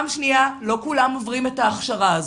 דבר שני, לא כולם עוברים את ההכשרה הזאת.